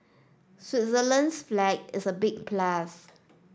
Switzerland's flag is a big plus